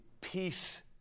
peace